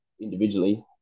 individually